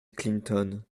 clinton